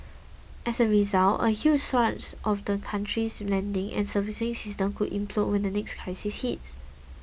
as a result a large swathe of the country's lending and servicing system could implode when the next crisis hits